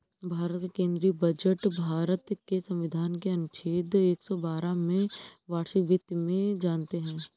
भारत का केंद्रीय बजट भारत के संविधान के अनुच्छेद एक सौ बारह में वार्षिक वित्त में जानते है